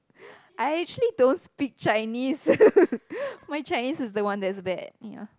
I actually don't speak Chinese my Chinese is the one that's bad ya